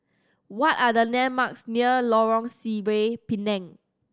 what are the landmarks near Lorong Sireh Pinang